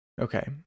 Okay